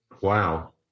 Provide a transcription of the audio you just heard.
Wow